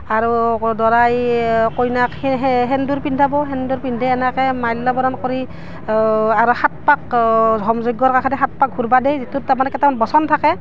আৰু দৰাই কইনাক সেন্দুৰ পিন্ধাব সেন্দুৰ পিন্ধে এনেকৈ মাল্যবৰণ কৰি আৰু সাত পাক হোম যজ্ঞৰ কাষেদি সাত পাক ঘূৰিব দিয়ে যিটোত তাৰমানে কেইটামান বচন থাকে